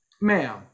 ma'am